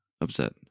upset